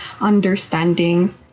understanding